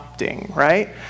right